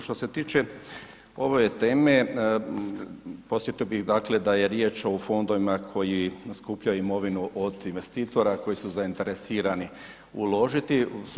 Što se tiče ove teme, podsjetio bih dakle da je riječ o fondovima koji skupljaju imovinu od investitora koji su zainteresirani uložiti.